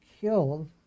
killed